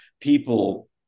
people